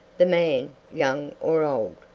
the man, young or old,